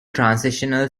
transitional